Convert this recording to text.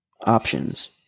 options